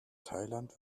thailand